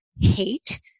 hate